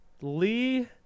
Lee